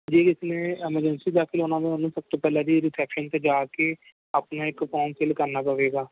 ਜੀ ਇਸਨੇ ਐਮਰਜੰਸੀ ਤੱਕ ਜਾਣਾ ਤੁਹਾਨੂੰ ਸਭ ਤੋਂ ਪਹਿਲਾਂ ਜੀ ਰਿਸੈਪਸ਼ਨ 'ਤੇ ਜਾ ਕੇ ਆਪਣਾ ਇੱਕ ਫੋਮ ਫਿਲ ਕਰਨਾ ਪਵੇਗਾ